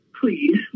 please